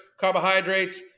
carbohydrates